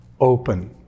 open